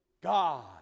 God